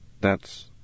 That's